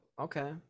okay